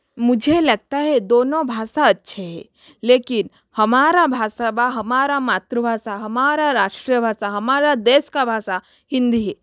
मुझे लगता है दोनों भाषा अच्छी है लेकिन हमारा भाषा व हमारा मातृभाषा हमारा राष्ट्रभाषा हमारा देश का भाषा हिंदी है